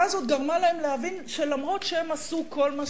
המחאה הזאת גרמה להם להבין שאף שהם עשו כל מה